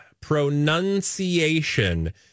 pronunciation